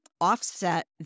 offset